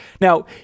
Now